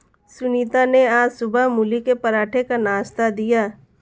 सुनीता ने आज सुबह मूली के पराठे का नाश्ता दिया